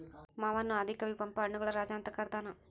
ಮಾವನ್ನು ಆದಿ ಕವಿ ಪಂಪ ಹಣ್ಣುಗಳ ರಾಜ ಅಂತ ಕರದಾನ